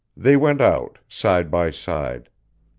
they went out, side by side.